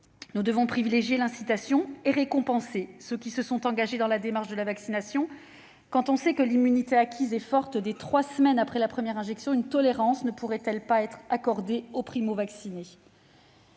Nous devons privilégier l'incitation et récompenser ceux qui sont engagés dans la démarche de la vaccination. Quand on sait que l'immunité acquise est forte dès trois semaines après la première injection, une tolérance ne pourrait-elle pas être accordée aux primo-vaccinés ?